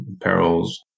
perils